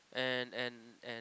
and and and